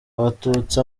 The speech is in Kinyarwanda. abatutsi